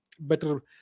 better